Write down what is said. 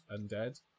undead